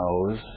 knows